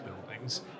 buildings